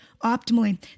optimally